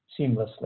seamlessly